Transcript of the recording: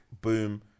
boom